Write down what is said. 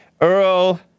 Earl